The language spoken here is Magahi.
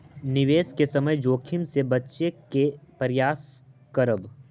निवेश के समय जोखिम से बचे के प्रयास करऽ